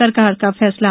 सरकार का फैसला